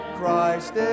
Christ